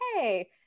Hey